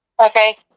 Okay